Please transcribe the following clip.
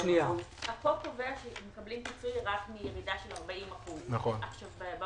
החוק קובע שמקבלים פיצוי רק מירידה של 40%. בהוראת